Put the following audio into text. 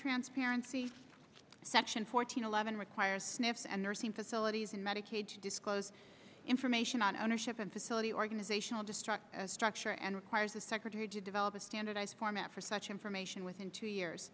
transparency section fourteen eleven requires sniffs and nursing facilities and medicaid to disclose information on ownership and facility organizational destructive structure and requires the secretary to develop a standardized format for such information within two years